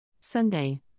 Sunday